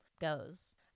goes